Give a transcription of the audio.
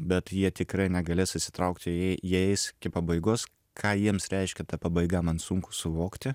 bet jie tikrai negalės susitraukti jie jie eis iki pabaigos ką jiems reiškia ta pabaiga man sunku suvokti